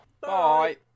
Bye